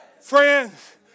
Friends